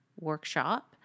workshop